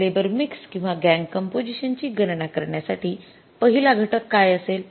तर labour mix किंवा gang composition ची गणना करण्यासाठी पहिला घटक काय असेल